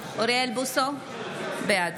אוריאל בוסו, בעד